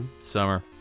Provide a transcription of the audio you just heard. summer